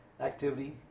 activity